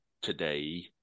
today